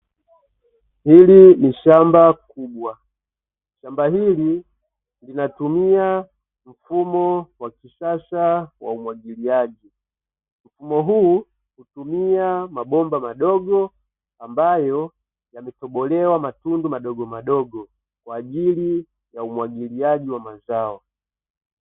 Hili ni shamba kubwa, shamba hili linatumia mfumo wa kisasa wa umwagiliaji. Mfumo huu hutumia mabomba madogo ambayo yametobolewa matundu madogo madogo, kwa ajili ya umwagiliaji wa mazao.